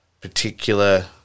particular